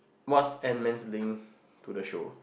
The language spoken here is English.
what's ant man's link to the show